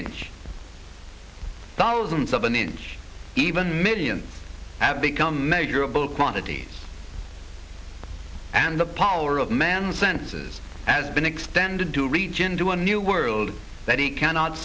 inch thousands of an inch even millions have become measurable quantities and the power of man's senses has been extended to reach into a new world that he cannot